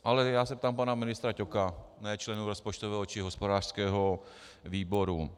Ale já se ptám pana ministra Ťoka, ne členů rozpočtového či hospodářského výboru.